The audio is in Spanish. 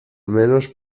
menos